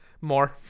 more